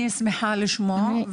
אני שמחה לשמוע.